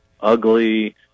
ugly